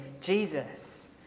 jesus